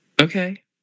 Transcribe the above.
Okay